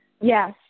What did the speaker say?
Yes